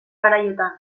garaiotan